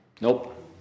Nope